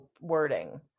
wording